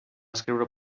escriure